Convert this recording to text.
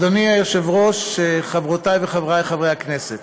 אדוני היושב-ראש, חברותי וחברי חברי הכנסת,